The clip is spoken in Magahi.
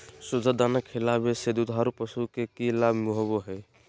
सुधा दाना खिलावे से दुधारू पशु में कि लाभ होबो हय?